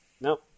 no